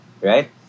right